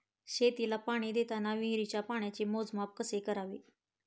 शेतीला पाणी देताना विहिरीच्या पाण्याचे मोजमाप कसे करावे?